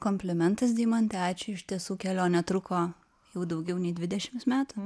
komplimentas deimante ačiū iš tiesų kelionė truko jau daugiau nei dvidešimt metų